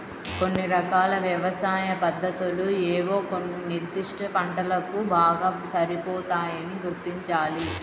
కొన్ని రకాల వ్యవసాయ పద్ధతులు ఏవో కొన్ని నిర్దిష్ట పంటలకు బాగా సరిపోతాయని గుర్తించాలి